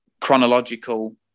chronological